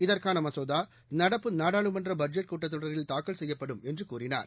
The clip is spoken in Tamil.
இதற்கானமசோதாநடப்பு நாடாளுமன்றபட்ஜெட் கூட்டத் தொடரில் தாக்கல் செய்யப்படும் என்றுகூறினார்